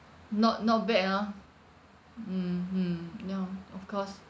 not not bad ha mmhmm now of course